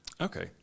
okay